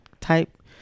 type